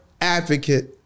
advocate